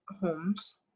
homes